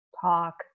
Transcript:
talk